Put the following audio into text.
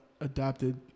adapted